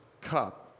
cup